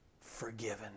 forgiven